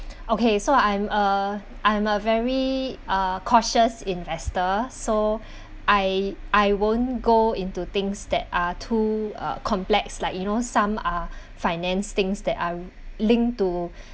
okay so I'm a I'm a very uh cautious investor so uh I I won't go into things that are too uh complex like you know some are finance things that are linked to